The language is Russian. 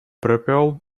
пропел